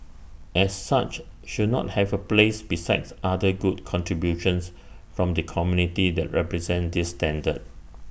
as such should not have A place besides other good contributions from the community that represent this standard